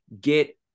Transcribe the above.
get